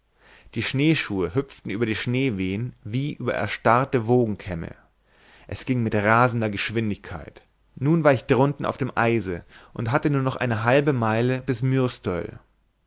die schneeschuhe hüpften über die schneewehen wie über erstarrte wogenkämme es ging mit rasender geschwindigkeit nun war ich drunten auf dem eise und hatte nur noch eine halbe meile bis